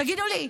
תגידו לי,